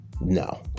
No